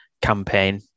campaign